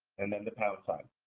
and then the pound sign.